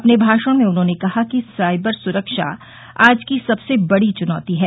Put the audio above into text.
अपने भाषण में उन्होंने कहा कि साइबर सुरक्षा आज की सबसे बड़ी चुनौती है